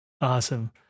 Awesome